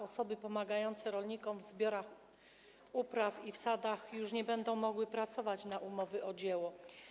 Osoby pomagające rolnikom w zbiorach upraw i w sadach nie będą już mogły pracować na umowę o dzieło.